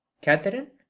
catherine